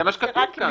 זה מה שכתוב כאן.